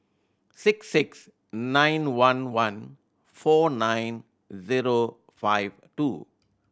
six six nine one one four nine zero five two